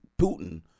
Putin